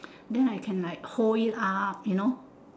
then I can like hold it up you know